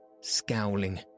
scowling